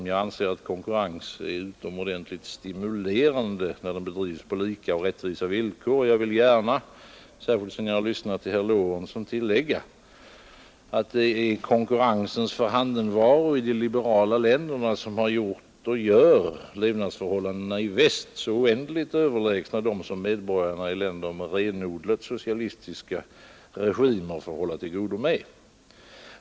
Jag anser att konkurrens är utomordentligt stimulerande, när den bedrivs på lika och rättvisa villkor, och jag vill gärna, särskilt sedan jag lyssnat till herr Lorentzon, tillägga att det är konkurrensens förhandenvaro i de liberala länderna som gjort och gör levnadsförhållandena i väst så oändligt överlägsna dem som medborgarna i länder med renodlat socialistiska regimer får hålla till godo med.